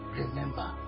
remember